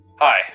Hi